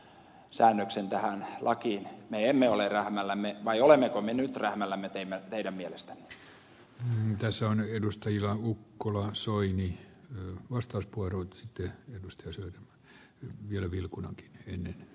säännöksen lakien sovittelusäännöksen tähän lakiin vai olemmeko me nyt rähmällämme teidän veden mielestä mm tason edustajia mukkulaan soini on vastaus purrut sitä mistä se on vielä vilkunan hyn